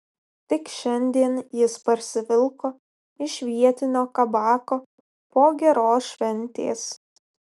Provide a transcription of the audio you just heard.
tik šiandien jis parsivilko iš vietinio kabako po geros šventės